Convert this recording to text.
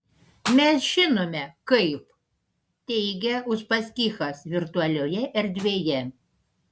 mes žinome kaip teigia uspaskichas virtualioje erdvėje